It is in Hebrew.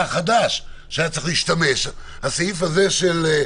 חדש, שבגינו היה צריך להשתמש בסעיף הדחיפות.